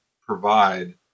provide